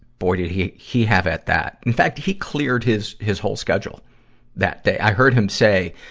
boy did he, he have at that. in fact, he cleared his, his whole schedule that day. i heard him say,